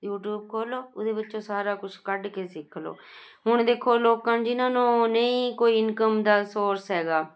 YouTube ਖੋਲ੍ਹੋ ਉਹਦੇ ਵਿੱਚੋਂ ਸਾਰਾ ਕੁਛ ਕੱਢ ਕੇ ਸਿੱਖ ਲਓ ਹੁਣ ਦੇਖੋ ਲੋਕਾਂ ਜਿਹਨਾਂ ਨੂੰ ਨਹੀਂ ਕੋਈ ਇਨਕਮ ਦਾ ਸੋਰਸ ਹੈਗਾ